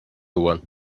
want